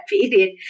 period